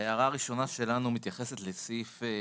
ההערה הראשונה שלנו מתייחסת לסעיף 14,